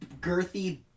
girthy